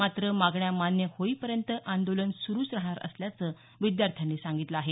मात्र मागण्या मान्य होईपर्यंत आंदोलन सुरुच राहणार असल्याचं विद्यार्थ्यांनी सांगितलं आहे